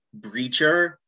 Breacher